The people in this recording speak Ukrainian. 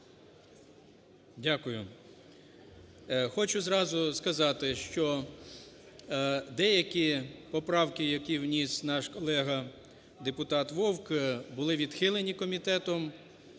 Дякую. Хочу зразу сказати, що деякі поправки, які вніс наш колега депутат Вовк, були відхилені комітетом,